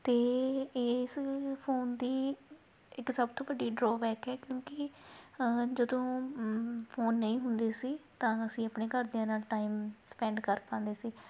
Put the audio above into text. ਅਤੇ ਇਸ ਫੋਨ ਦੀ ਇੱਕ ਸਭ ਤੋਂ ਵੱਡੀ ਡਰੋਅਬੈਕ ਹੈ ਕਿਉਂਕਿ ਜਦੋਂ ਫੋਨ ਨਹੀਂ ਹੁੰਦੇ ਸੀ ਤਾਂ ਅਸੀਂ ਆਪਣੇ ਘਰਦਿਆਂ ਨਾਲ ਟਾਈਮ ਸਪੈਂਡ ਕਰ ਪਾਉਂਦੇ ਸੀ